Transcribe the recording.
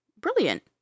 brilliant